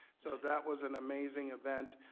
so that was an amazing event.